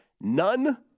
None